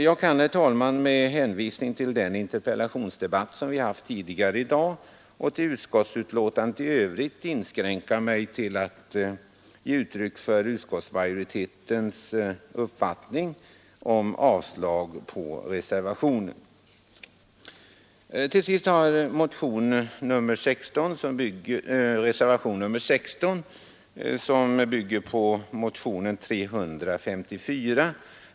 Jag kan, herr talman, med hänvisning till den interpellationsdebatt som förts tidigare i dag och till utskottsbetänkandet inskränka mig till att ge uttryck för utskottsmajoritetens uppfattning genom att yrka avslag på reservationen 4. Till sist skall jag beröra reservationen 16, som bygger på motionen 354.